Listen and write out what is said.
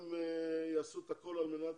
גם יעשו את הכול על מנת